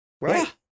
Right